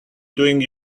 doing